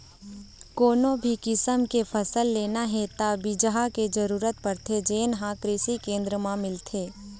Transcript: कोनो भी किसम के फसल लेना हे त बिजहा के जरूरत परथे जेन हे कृषि केंद्र म मिलथे